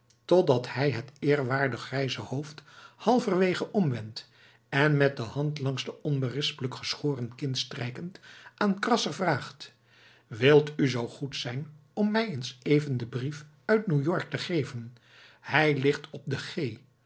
totdat hij het eerwaardig grijze hoofd halverwege omwendt en met de hand langs de onberispelijk geschoren kin strijkend aan krasser vraagt wil u zoo goed zijn om mij eens even den brief uit new-york te geven hij ligt op de